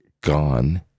gone